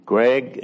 Greg